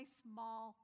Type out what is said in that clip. small